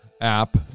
app